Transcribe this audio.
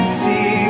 see